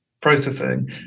processing